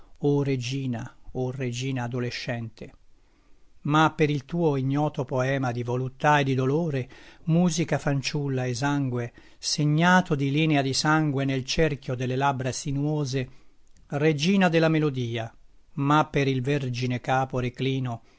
o regina o regina adolescente ma per il tuo ignoto poema di voluttà e di dolore musica fanciulla esangue segnato di linea di sangue nel cerchio delle labbra sinuose regina de la melodia ma per il vergine capo reclino